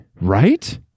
right